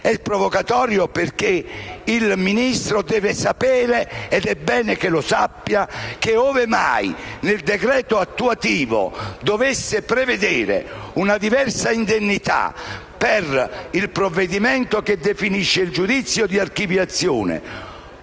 È provocatorio perché il Ministro deve sapere - ed è bene che lo sappia - che, ove mai nel decreto attuativo si dovesse prevedere una diversa indennità per il provvedimento che definisce il giudizio di archiviazione